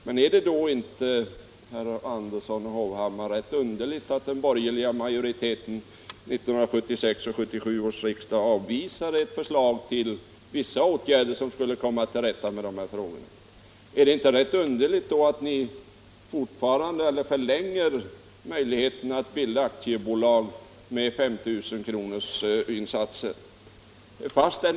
Men är det då inte rätt underligt att den borgerliga majoriteten vid 1976/77 års riksmöte avvisade ett förslag till vissa åtgärder för att komma till rätta med de här problemen, och är det inte rätt underligt att ni vill ha möjligheter att fortfarande bilda aktiebolag med 5 000 kronor i insats?